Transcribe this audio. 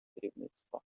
керівництва